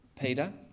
Peter